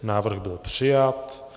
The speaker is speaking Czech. Návrh byl přijat.